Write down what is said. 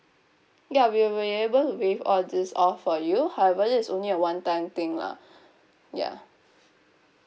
ya we'll be able to waive all this off for you however this is only a one time thing lah ya